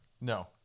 No